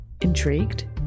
Intrigued